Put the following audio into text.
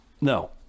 No